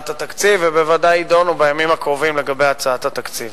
בהצעת התקציב ובוודאי יידונו בימים הקרובים לגבי הצעת התקציב.